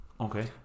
Okay